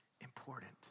important